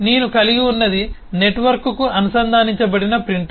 నేను కలిగి ఉన్నది నెట్వర్క్కు అనుసంధానించబడిన ప్రింటర్